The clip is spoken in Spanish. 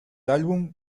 álbum